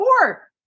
four